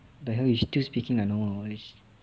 the hell you still speaking like normal always